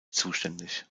zuständig